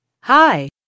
Hi